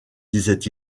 disait